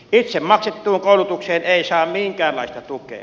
itse maksettuun koulutukseen ei saa minkäänlaista tukea